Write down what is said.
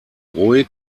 ruhig